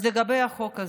אז לגבי החוק הזה.